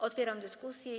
Otwieram dyskusję.